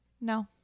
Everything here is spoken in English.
no